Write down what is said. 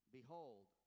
behold